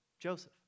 Joseph